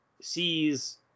sees